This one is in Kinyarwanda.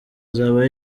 azaba